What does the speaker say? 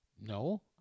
No